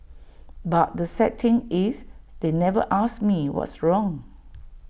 but the sad thing is they never asked me what's wrong